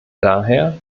daher